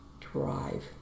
drive